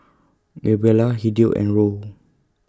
Gabriela Hideo and Roe